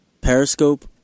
Periscope